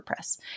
WordPress